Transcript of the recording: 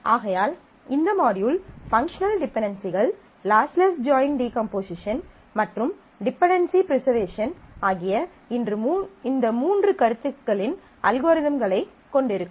ஆகையால் இந்த module functional டிபென்டென்சிகள் லாஸ்லெஸ் ஜாயின் டீகம்போசிஷன் மற்றும் டிபென்டென்சி ப்ரிஸர்வேஷன் ஆகிய இந்த மூன்று கருத்துகளின் அல்காரிதம்களைக் கொண்டிருக்கும்